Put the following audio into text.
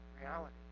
reality